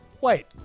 Wait